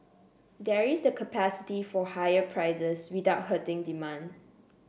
there is the capacity for higher prices without hurting demand